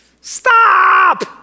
Stop